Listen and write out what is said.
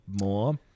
more